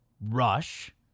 Rush